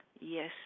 Yes